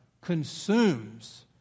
consumes